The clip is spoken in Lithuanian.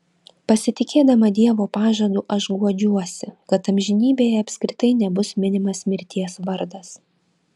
pasitikėdama dievo pažadu aš guodžiuosi kad amžinybėje apskritai nebus minimas mirties vardas